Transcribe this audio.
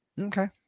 Okay